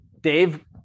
Dave